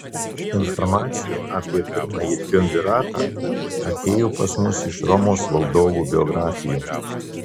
informacija apie pirmąjį triumviratą atėjo pas mus iš romos valdovų biografijų